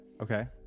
okay